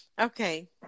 Okay